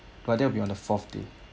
but that will be on the fourth day